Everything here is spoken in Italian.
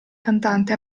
cantante